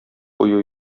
кую